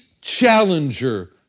challenger